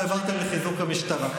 שקל אחד לא העברתם לחיזוק המשטרה.